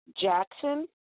Jackson